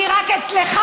כי רק אצלך,